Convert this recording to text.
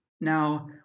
Now